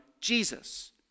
Jesus